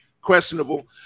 questionable